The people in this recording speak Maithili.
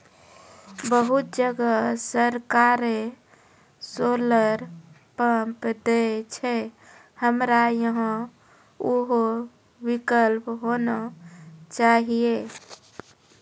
बहुत जगह सरकारे सोलर पम्प देय छैय, हमरा यहाँ उहो विकल्प होना चाहिए?